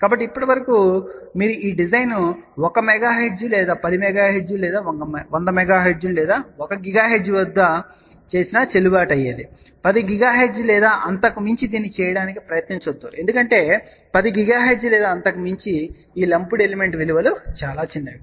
కాబట్టి ఇప్పటి వరకు మీరు ఈ డిజైన్ 1 MHz లేదా 10 MHz లేదా 100 MHz లేదా 1 GHz వద్ద చేసినా చెల్లుబాటు అయ్యేదని చూడవచ్చు 10 GHz లేదా అంతకు మించి దీన్ని చేయడానికి ప్రయత్నించవద్దు ఎందుకంటే 10 GHz లేదా అంతకు మించి ఈ లంపుడ్ ఎలిమెంట్స్ విలువలు చాలా చిన్నవి